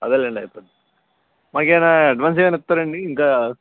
అదేలేండి అయిపోతుంది మాకేమైనా అడ్వాన్స్ ఎమన్నా ఇస్తారా అండి ఇంకా